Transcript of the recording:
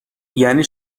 یعنی